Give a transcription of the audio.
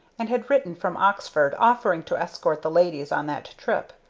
and had written from oxford, offering to escort the ladies on that trip.